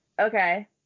okay